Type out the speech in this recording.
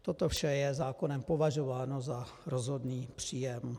Toto vše je zákonem považováno za rozhodný příjem.